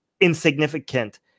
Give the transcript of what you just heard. insignificant